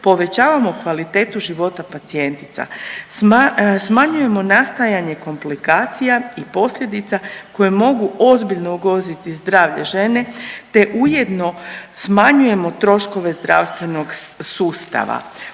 povećavamo kvalitetu života pacijentica, smanjujemo nastajanje komplikacija i posljedica koje mogu ozbiljno ugroziti zdravlje žene te ujedno smanjujemo troškove zdravstvenog sustava.